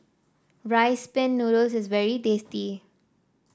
Rice Pin Noodles is very tasty